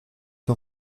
nur